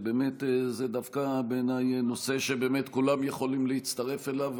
זה דווקא בעיניי נושא שבאמת כולם יכולים להצטרף אליו,